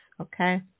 okay